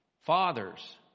Fathers